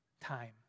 time